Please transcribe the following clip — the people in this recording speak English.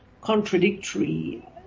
contradictory